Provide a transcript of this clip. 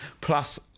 Plus